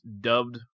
dubbed